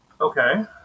Okay